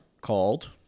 called